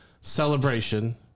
Celebration